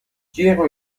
جیغ